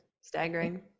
staggering